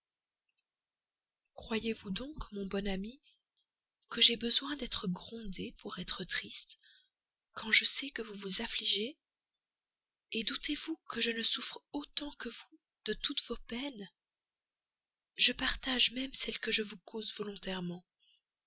croyez-vous donc mon bon ami que j'aie besoin d'être grondée pour être triste quand je sais que vous vous affligez doutez-vous que je ne souffre autant que vous de toutes vos peines je partage même celles que je vous cause volontairement